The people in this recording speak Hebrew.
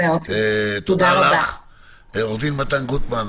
ד"ר מתן גוטמן,